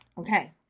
Okay